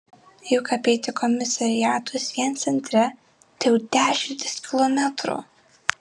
juk apeiti komisariatus vien centre tai jau dešimtys kilometrų